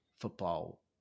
football